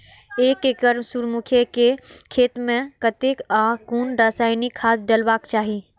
एक एकड़ सूर्यमुखी केय खेत मेय कतेक आ कुन रासायनिक खाद डलबाक चाहि?